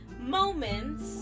moments